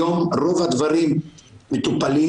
היום רוב הדברים מטופלים,